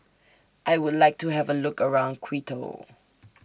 I Would like to Have A Look around Quito